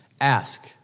Ask